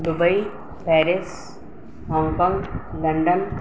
Dubai Paris Hong Kong London